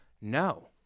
no